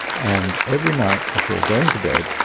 and every night before going to bed,